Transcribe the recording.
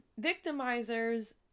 victimizers